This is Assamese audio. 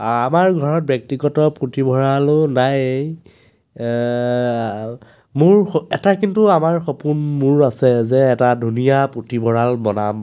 আমাৰ ঘৰত ব্যক্তিগত পুথিভঁৰালো নাই মোৰ স এটা কিন্তু সপোন মোৰো আছে যে এটা ধুনীয়া পুথিভঁৰাল বনাম